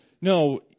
no